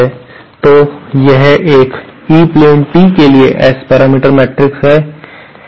तो यह एक ई प्लेन टी के लिए S पैरामीटर मैट्रिक्स है